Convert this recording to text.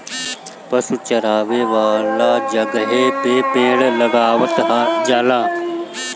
पशु चरावे वाला जगहे पे पेड़ लगावल जाला